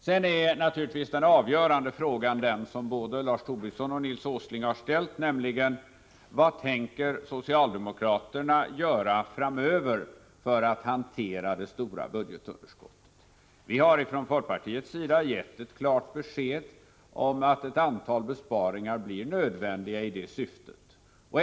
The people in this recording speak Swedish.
Men den avgörande frågan, som både Lars Tobisson och Nils Åsling har ställt, är naturligtvis: Vad tänker socialdemokraterna göra framöver för att hantera det stora budgetunderskottet? Från folkpartiets sida har vi gett ett klart besked om att ett antal besparingar kommer att bli nödvändiga om man skall kunna sänka budgetunderskottet.